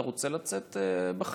אתה רוצה לצאת בחיים?